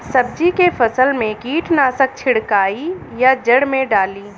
सब्जी के फसल मे कीटनाशक छिड़काई या जड़ मे डाली?